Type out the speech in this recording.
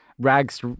rags